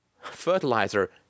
fertilizer